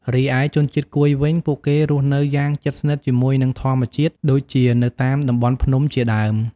រីឯជនជាតិកួយវិញ ពួកគេរស់នៅយ៉ាងជិតស្និទ្ធជាមួយនឹងធម្មជាតិ ដូចជានៅតាមតំបន់ភ្នំជាដើម។